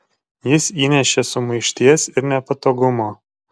jis įnešė sumaišties ir nepatogumo